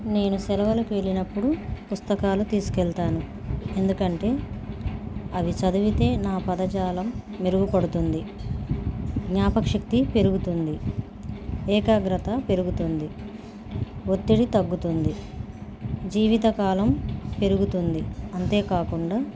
నేను సెలవులకు వెళ్ళినప్పుడు పుస్తకాలు తీసుకెళ్తాను ఎందుకంటే అవి చదివితే నా పదజాలం మెరుగుపడుతుంది జ్ఞాపశక్తి పెరుగుతుంది ఏకాగ్రత పెరుగుతుంది ఒత్తిడి తగ్గుతుంది జీవిత కాలం పెరుగుతుంది అంతేకాకుండా